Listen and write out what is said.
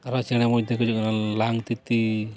ᱟᱨ ᱪᱮᱬᱮ ᱢᱚᱫᱽᱫᱷᱮ ᱡᱮᱢᱚᱱ ᱞᱟᱝᱛᱤᱛᱤ